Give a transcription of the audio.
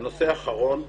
הנושא האחרון.